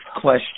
question